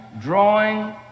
drawing